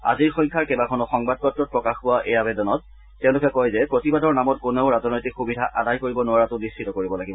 আজিৰ সংখ্যাৰ কেইবাখনো সংবাদ পত্ৰত প্ৰকাশ পোৱা এই আৰেদনত তেওঁলোকে কয় যে প্ৰতিবাদৰ নামত কোনেও ৰাজনৈতিক সুবিধা আদায় কৰিব নোৱাৰাতো নিশ্চিত কৰিব লাগিব